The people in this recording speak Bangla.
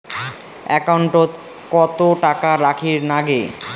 একাউন্টত কত টাকা রাখীর নাগে?